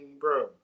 bro